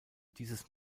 dieses